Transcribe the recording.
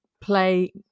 play